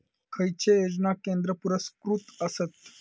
खैचे योजना केंद्र पुरस्कृत आसत?